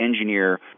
engineer